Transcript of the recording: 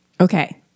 Okay